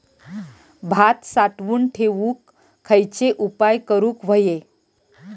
भात साठवून ठेवूक खयचे उपाय करूक व्हये?